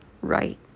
right